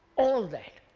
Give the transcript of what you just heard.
all that.